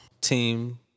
team